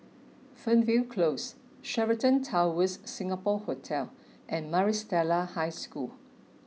Fernvale Close Sheraton Towers Singapore Hotel and Maris Stella High School